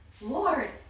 Lord